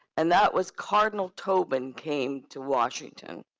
and that was cardinal tobin came to washington.